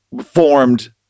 formed